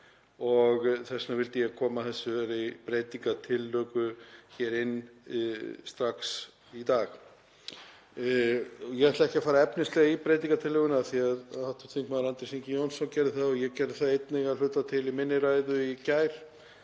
Þess vegna vildi ég koma þessari breytingartillögu að strax í dag. Ég ætla ekki að fara efnislega yfir breytingartillöguna af því að hv. þm. Andrés Ingi Jónsson gerði það og ég gerði það einnig að hluta til í minni ræðu í gær.